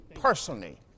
Personally